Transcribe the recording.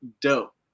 dope